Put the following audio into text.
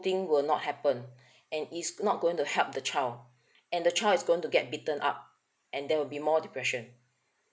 thing will not happen and it's not going to help the child and the child is going to get beaten up and there will be more depression